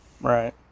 Right